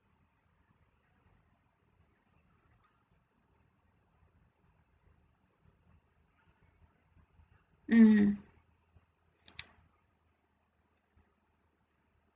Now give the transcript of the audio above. mm